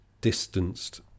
distanced